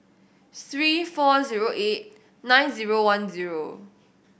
three four zero eight nine zero one zero